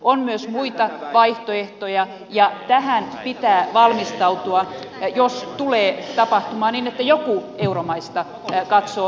on myös muita vaihtoehtoja ja tähän pitää valmistautua jos tulee tapahtumaan niin että jokin eteläisistä euromaista katsoo lähtemisen välttämättömäksi